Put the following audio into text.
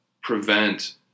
prevent